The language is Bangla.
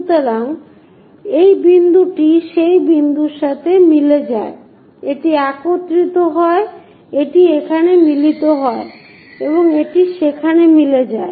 সুতরাং এই বিন্দুটি সেই বিন্দুর সাথে মিলে যায় এটি একত্রিত হয় এটি এখানে মিলিত হয় এবং এটি সেখানে মিলে যায়